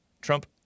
Trump